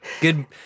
good